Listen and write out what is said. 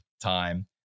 time